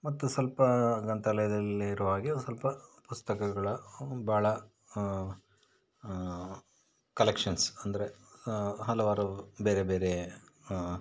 ಮತ್ತು ಸ್ವಲ್ಪ ಗ್ರಂಥಾಲಯದಲ್ಲಿರುವ ಹಾಗೆ ಒಂದು ಸ್ವಲ್ಪ ಪುಸ್ತಕಗಳ ಭಾಳ ಕಲೆಕ್ಷನ್ಸ್ ಅಂದರೆ ಹಲವಾರು ಬೇರೆ ಬೇರೆ